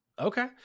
Okay